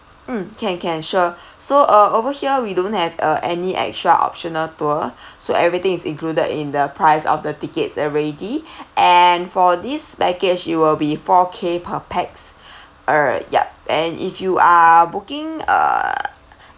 mm can can sure so uh over here we don't have uh any extra optional tour so everything is included in the price of the tickets already and for this package it will be four K per pax uh yup and if you are booking uh